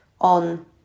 on